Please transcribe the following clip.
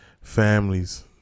families